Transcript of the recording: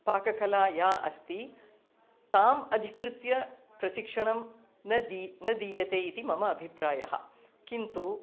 पाककला या अस्ति ताम् अधिकृत्य प्रशिक्षणं न दी न दीयते इति मम अभिप्रायः किन्तु